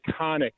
iconic